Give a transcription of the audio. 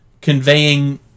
conveying